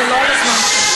זה לא על הזמן שלי.